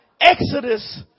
Exodus